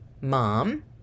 Mom